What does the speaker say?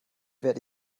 werde